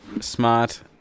Smart